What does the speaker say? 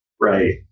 Right